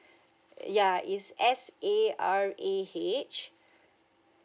ya it's S A R A H